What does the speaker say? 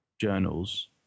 journals